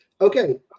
Okay